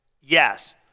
Yes